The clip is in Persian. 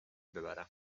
ببرم